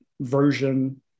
version